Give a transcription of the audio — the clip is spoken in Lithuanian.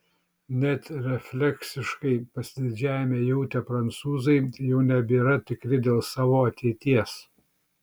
net refleksiškai pasididžiavimą jautę prancūzai jau nebėra tikri dėl savo ateities